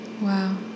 wow